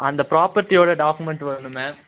அந்த ப்ராப்பர்ட்டியோட டாக்குமெண்ட் வேணும் மேம்